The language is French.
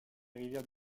rivières